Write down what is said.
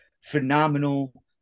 phenomenal